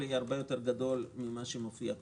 יהיה הרבה יותר גדול ממה שמופיע כאן.